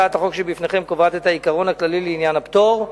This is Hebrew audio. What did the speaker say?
הצעת החוק שבפניכם קובעת את העיקרון הכללי לעניין הפטור,